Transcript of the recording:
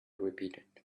repeated